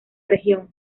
región